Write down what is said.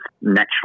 naturally